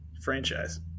franchise